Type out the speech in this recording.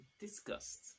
disgust